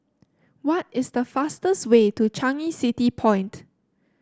what is the fastest way to Changi City Point